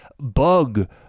bug